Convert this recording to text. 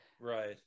Right